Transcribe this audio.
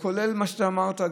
כולל מה שאמרת,